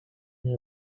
many